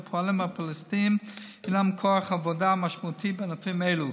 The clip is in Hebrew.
והפועלים הפלסטינים הם כוח עבודה משמעותי בענפים אלה.